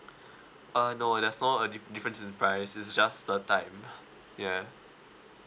uh no that's no uh diff difference in price is just the type ya